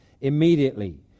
Immediately